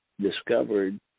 discovered